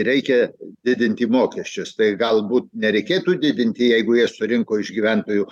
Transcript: reikia didinti mokesčius tai galbūt nereikėtų didinti jeigu jie surinko iš gyventojų